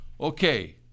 Okay